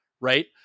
right